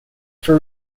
for